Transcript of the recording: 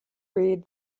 read